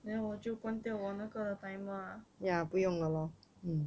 then 我就关电我那个 timer ah